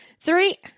Three